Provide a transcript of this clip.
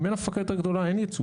אם אין הפקה יותר גדולה, אין ייצוא.